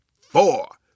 four